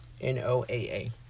NOAA